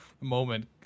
moment